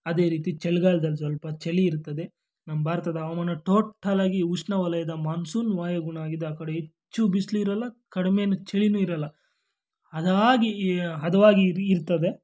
ಅದೇ ರೀತಿ ಚಳಿಗಾಲ್ದಲ್ಲಿ ಸ್ವಲ್ಪ ಚಳಿ ಇರ್ತದೆ ನಮ್ಮ ಭಾರತದ ಹವಾಮಾನ ಟೋಠಲ್ಲಾಗಿ ಉಷ್ಣವಲಯದ ಮಾನ್ಸೂನ್ ವಾಯುಗುಣ ಆಗಿದೆ ಆ ಕಡೆ ಹೆಚ್ಚು ಬಿಸ್ಲು ಇರೋಲ್ಲ ಕಡಮೆನು ಚಳಿನೂ ಇರೋಲ್ಲ ಹದವಾಗಿ ಹದವಾಗಿ ಇರು ಇರ್ತದೆ